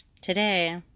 Today